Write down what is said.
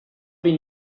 been